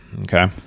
okay